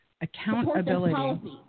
accountability